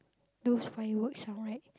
those fireworks sound right